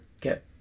get